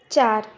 ਚਾਰ